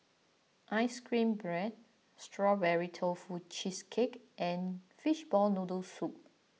Ice Cream Bread Strawberry Tofu Cheesecake and Fishball Noodle Soup